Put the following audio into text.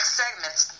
segments